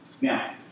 Now